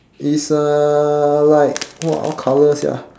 is uh like !wah! what colour sia